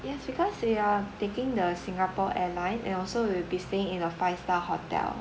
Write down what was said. yes because we are taking the singapore airline and also we'll be staying in a five star hotel